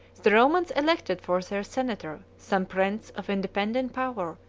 the romans elected for their senator some prince of independent power,